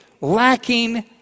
Lacking